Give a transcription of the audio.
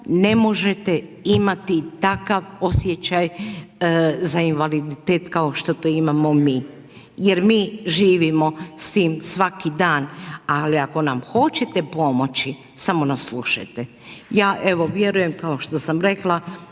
ne možete imati takav osjećaj za invaliditet kao što to imamo mi jer mi živimo s tim svaki dan ali ako nam hoćete pomoći, samo nas slušajte. Ja evo vjerujem kao što sam rekla